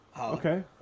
Okay